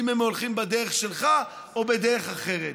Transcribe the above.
אם הם הולכים בדרך שלך או בדרך אחרת?